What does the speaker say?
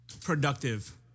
productive